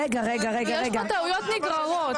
רגע --- כי יש פה טעויות נגררות.